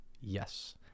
yes